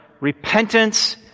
repentance